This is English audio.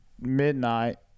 midnight